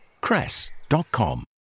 cress.com